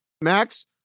Max